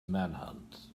manhunt